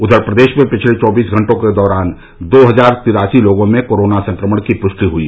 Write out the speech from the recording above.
उधर प्रदेश में पिछले चौबीस घंटों के दौरान दो हजार तिरासी लोगों में कोरोना संक्रमण की पुष्टि हुई